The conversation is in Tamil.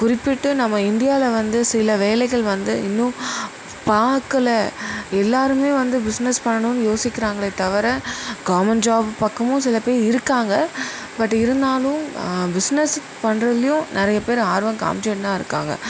குறிப்பிட்டு நம்ம இண்டியாவில வந்து சில வேலைகள் வந்து இன்னும் பார்க்கல எல்லாருமே வந்து பிஸ்னஸ் பண்ணணும்னு யோசிக்கிறாங்களே தவிர கவர்மெண்ட் ஜாப் பக்கமும் சில பேர் இருக்காங்க பட் இருந்தாலும் பிஸ்னஸ் பண்றதுலேயும் நிறைய பேர் ஆர்வம் காமிச்சிகிட்டுதான் இருக்காங்க